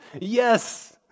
Yes